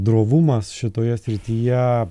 drovumas šitoje srityje